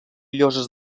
lloses